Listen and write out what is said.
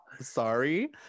Sorry